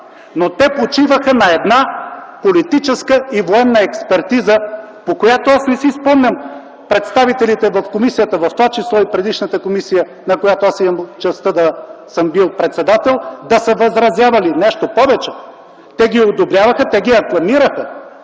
но те почиваха на една политическа и военна експертиза, по която аз не си спомням представителите в комисията, в това число и предишната комисия, на която аз имах честта да съм бил председател, да са възразявали. Нещо повече, те ги одобряваха, те ги акламираха.